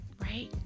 right